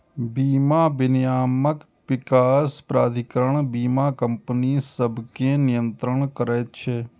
बीमा विनियामक विकास प्राधिकरण बीमा कंपनी सभकें नियंत्रित करै छै